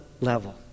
level